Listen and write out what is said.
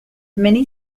many